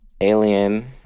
Alien